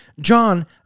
John